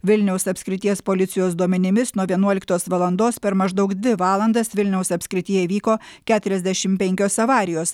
vilniaus apskrities policijos duomenimis nuo vienuoliktos valandos per maždaug dvi valandas vilniaus apskrityje įvyko keturiasdešimt penkios avarijos